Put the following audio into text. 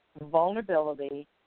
vulnerability